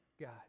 God